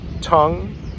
tongue